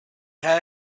had